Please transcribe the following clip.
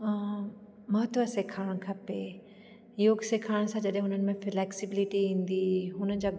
महत्व सेखारणु खपे योग सिखण सां जॾहिं हुननि में फ़्लेक्सिबिलिटी ईंदी हुननि जा